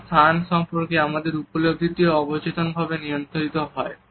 কোনও স্থান সম্পর্কে আমাদের উপলব্ধিটিও অবচেতনভাবে নিয়ন্ত্রিত হয়